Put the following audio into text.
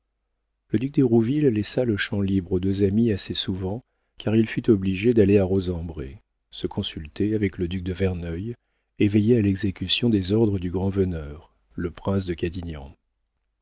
d'hérouville laissa le champ libre aux deux amis assez souvent car il fut obligé d'aller à rosembray se consulter avec le duc de verneuil et veiller à l'exécution des ordres du grand-veneur le prince de cadignan